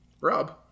Rob